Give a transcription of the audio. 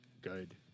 good